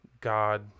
God